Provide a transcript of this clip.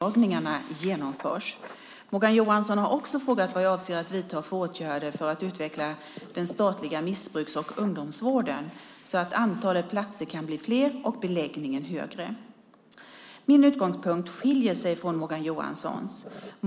Fru talman! Morgan Johansson har frågat mig vilka åtgärder jag avser att vidta för att undvika att de förestående neddragningarna genomförs. Morgan Johansson har också frågat vad jag avser att vidta för åtgärder för att utveckla den statliga missbrukar och ungdomsvården så att antalet platser kan bli fler och beläggningen högre. Min utgångspunkt skiljer sig från Morgan Johanssons.